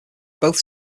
both